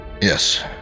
Yes